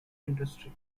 industry